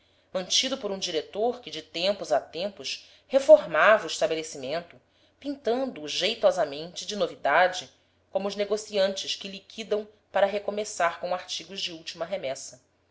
mantido por um diretor que de tempos a tempos reformava o estabelecimento pintando o jeitosamente de novidade como os negociantes que liquidam para recomeçar com artigos de última remessa